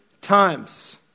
times